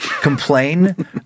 complain